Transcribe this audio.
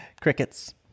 crickets